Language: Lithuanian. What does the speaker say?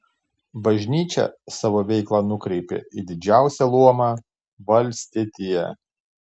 bažnyčia savo veiklą nukreipė į didžiausią luomą valstietiją